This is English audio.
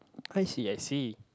I see I see